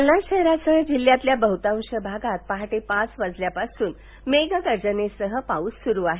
जालना शहरासह जिह्यातल्या बहतांश भागात पहाटे पाच वाजल्यापासून मेघगर्जनेसह पाऊस सुरू आहे